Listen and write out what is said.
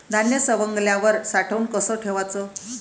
धान्य सवंगल्यावर साठवून कस ठेवाच?